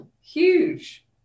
huge